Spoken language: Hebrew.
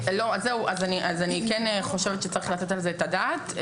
שצריך לתת על זה את הדעת.